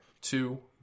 two